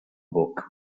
book